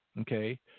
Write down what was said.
okay